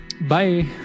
Bye